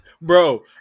Bro